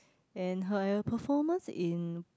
and her performance in